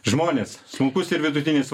žmonės sunkus ir vidutinis